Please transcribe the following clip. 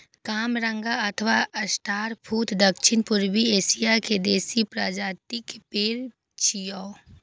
कामरंगा अथवा star fruit दक्षिण पूर्वी एशिया के देसी प्रजातिक पेड़ छियै